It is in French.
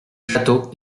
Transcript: château